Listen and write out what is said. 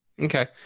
Okay